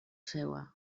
seua